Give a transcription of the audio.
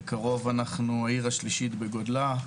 ובקרוב העיר השלישית בגודלה.